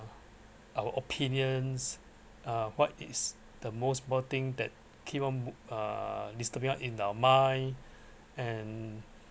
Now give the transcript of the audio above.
our opinions uh what is the most worst thing that keep on uh disturbing in our mind and